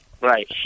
right